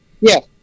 Yes